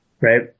Right